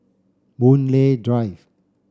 Boon Lay Drive